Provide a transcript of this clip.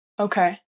Okay